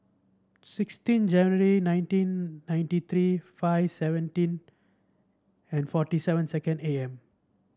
sixteen January nineteen ninety three five seventeen and forty seven second A M